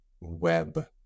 web